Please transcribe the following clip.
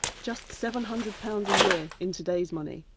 just seven hundred pounds a year in today's money.